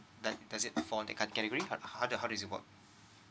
does does it fall in that category how how does it work